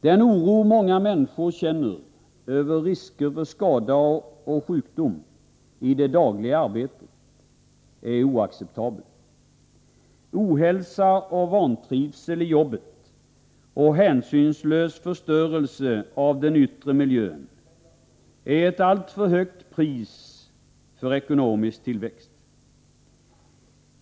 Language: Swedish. Den oro många människor känner över risken för sjukdom och skada i det dagliga arbetet är oacceptabel. Ohälsa och vantrivsel i arbetet och hänsynslös förstörelse av den yttre miljön är ett alltför högt pris för ekonomisk tillväxt.